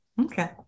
Okay